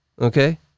okay